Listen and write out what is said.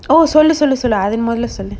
oh